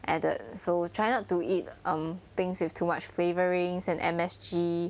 added so try not to eat um things with too much flavourings and M_S_G